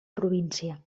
província